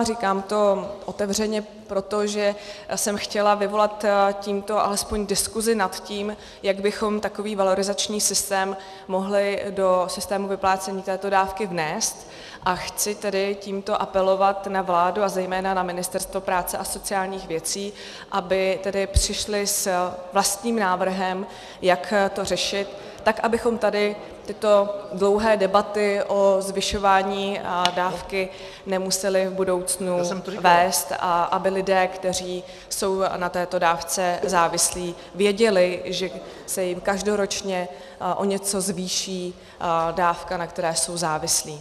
Říkám to otevřeně, protože jsem chtěla vyvolat tímto alespoň diskusi nad tím, jak bychom takový valorizační systém mohli do systému vyplácení této dávky vnést, a chci tedy tímto apelovat na vládu a zejména na Ministerstvo práce a sociálních věcí, aby tedy přišly s vlastním návrhem, jak to řešit, tak abychom tady tyto dlouhé debaty o zvyšování dávky nemuseli v budoucnu vést a aby lidé, kteří jsou na této dávce závislí, věděli, že se jim každoročně o něco zvýší dávka, na které jsou závislí.